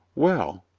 well.